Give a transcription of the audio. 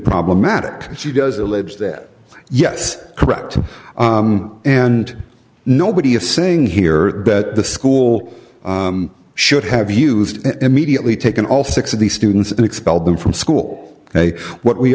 problematic she does allege that yes correct and nobody is saying here that the school should have used immediately taken all six of these students and expelled them from school they what we